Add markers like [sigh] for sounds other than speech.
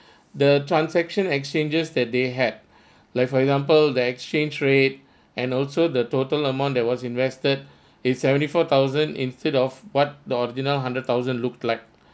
[breath] the transaction exchanges that they had [breath] like for example the exchange rate and also the total amount that was invested in seventy four thousand instead of what the original hundred thousand looked like